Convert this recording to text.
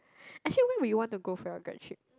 actually when you want to go for your grad trip